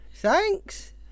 Thanks